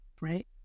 right